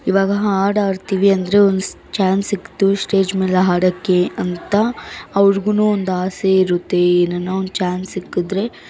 ಇವಾಗ ಹಾಡು ಹಾಡ್ತೀವಿ ಅಂದರೆ ಒನ್ಸ್ ಚಾನ್ಸ್ ಸಿಕ್ತು ಸ್ಟೇಜ್ ಮೇಲೆ ಹಾಡೋಕ್ಕೆ ಅಂತ ಅವ್ರಿಗೂ ಒಂದು ಆಸೆ ಇರುತ್ತೆ ನನ್ನ ಒಂದು ಚಾನ್ಸ್ ಸಿಕ್ಕಿದ್ರೆ